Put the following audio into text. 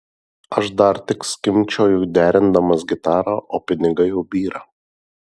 aš dar tik skimbčioju derindamas gitarą o pinigai jau byra